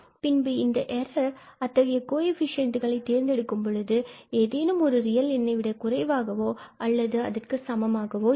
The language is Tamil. பின்பு இந்த எரர் அத்தகைய கோஎஃபிசியண்டுகளை தேர்ந்தெடுக்கும் பொழுது ஏதேனும் ஒரு ரியல் எண்ணை விட குறைவாகவோ அல்லது அதற்கு சமமாக இருக்கும்